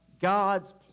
God's